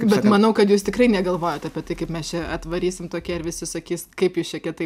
bet manau kad jūs tikrai negalvojot apie tai kaip mes čia atvarysim tokie ir visi sakys kaip jūs čia kietai